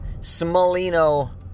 Smolino